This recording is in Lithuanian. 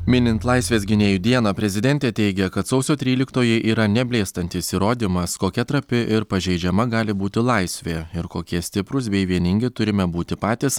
minint laisvės gynėjų dieną prezidentė teigia kad sausio tryliktoji yra neblėstantis įrodymas kokia trapi ir pažeidžiama gali būti laisvė ir kokie stiprūs bei vieningi turime būti patys